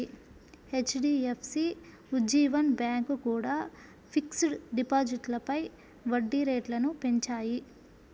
HDFC, Ujjivan bank కూడా fixed డిపాజిట్లపై వడ్డీ రేట్లను పెంచాయి